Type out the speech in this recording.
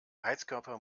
heizkörper